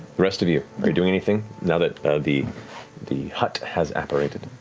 the rest of you, are you doing anything now that the the hut has apparated?